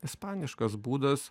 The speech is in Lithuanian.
ispaniškas būdas